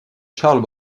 charles